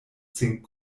zink